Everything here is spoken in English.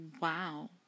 wow